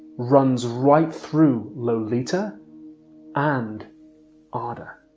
runs right through lolita and um ada.